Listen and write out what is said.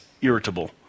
irritable